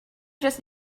just